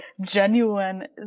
genuine